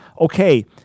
Okay